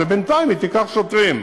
שבינתיים היא תיקח שוטרים.